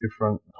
different